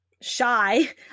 shy